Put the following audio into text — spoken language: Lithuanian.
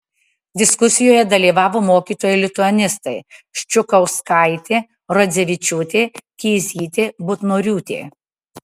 diskusijoje dalyvavo mokytojai lituanistai ščukauskaitė rodzevičiūtė kėzytė butnoriūtė